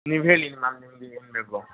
ನೀವು ಹೇಳಿ ಮ್ಯಾಮ್ ನಿಮಗೆ ಏನು ಬೇಕು